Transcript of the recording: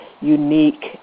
Unique